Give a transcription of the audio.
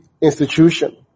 institution